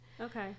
Okay